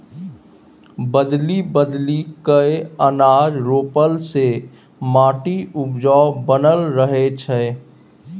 बदलि बदलि कय अनाज रोपला से माटि उपजाऊ बनल रहै छै